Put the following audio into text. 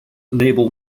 enable